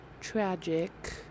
Tragic